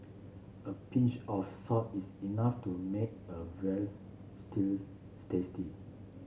a pinch of salt is enough to make a veal's stew tasty